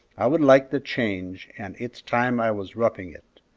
i would like the change, and it's time i was roughing it.